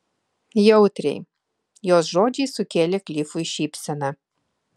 jautriai jos žodžiai sukėlė klifui šypseną